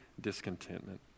discontentment